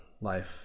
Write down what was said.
life